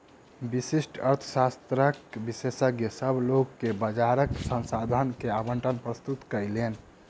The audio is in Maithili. व्यष्टि अर्थशास्त्रक विशेषज्ञ, सभ लोक के बजारक संसाधन के आवंटन प्रस्तुत कयलैन